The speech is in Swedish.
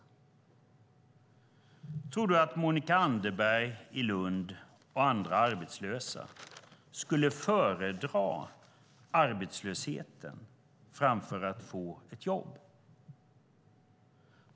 Tror Anders Borg att Monica Anderberg i Lund och andra arbetslösa föredrar arbetslösheten framför att få ett jobb?